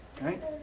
right